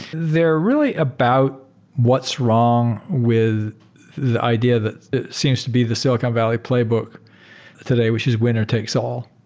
they're really about what's wrong with the idea that seems to be the silicon valley playbook today, which is winner takes all.